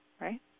right